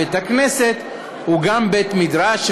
בית-הכנסת הוא גם בית-מדרש,